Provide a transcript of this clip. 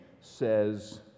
says